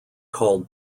called